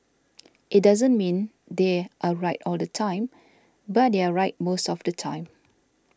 it doesn't mean they are right all the time but they are right most of the time